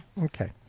Okay